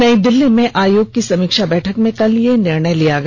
नई दिल्ली में आयोग की समीक्षा बैठक में कल यह निर्णय लिया गया